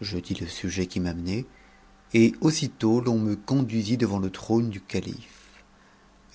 je dis le sujet qui m'amenait et aussitôt t'en me conduisit devant le trône tla eatitë